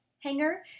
hanger